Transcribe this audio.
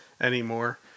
anymore